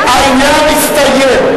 העניין הסתיים.